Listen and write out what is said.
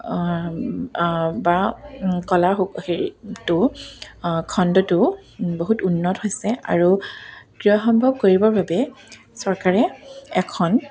বা কলা হেৰিটো খণ্ডটো বহুত উন্নত হৈছে আৰু ক্ৰীড়া সম্ভৱ কৰিবৰ বাবে চৰকাৰে এখন